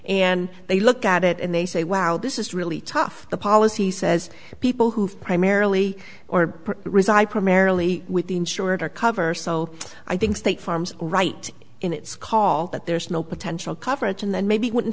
and they look at it and they say wow this is really tough the policy says people who've primarily or reside primarily with the insured are cover so i think state farm's right in its call that there is no potential coverage and then maybe wouldn't